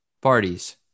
parties